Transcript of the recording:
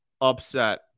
upset